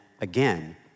again